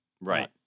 Right